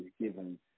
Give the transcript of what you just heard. given